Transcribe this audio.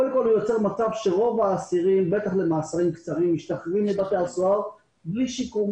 קודם כול הוא יוצא מצב שרוב האסירים משתחררים מבתי-הסוהר בלי שיקום